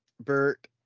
Bert